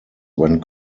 when